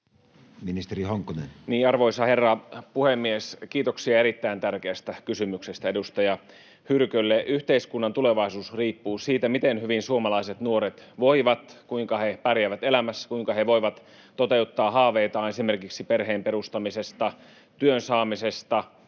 Ministeri Honkonen. Arvoisa herra puhemies! Kiitoksia erittäin tärkeästä kysymyksestä edustaja Hyrkölle. Yhteiskunnan tulevaisuus riippuu siitä, miten hyvin suomalaiset nuoret voivat, kuinka he pärjäävät elämässä, kuinka he voivat toteuttaa haaveitaan esimerkiksi perheen perustamisesta, työn saamisesta,